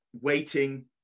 waiting